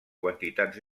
quantitats